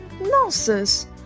nonsense